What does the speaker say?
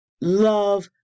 love